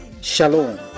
Shalom